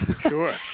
Sure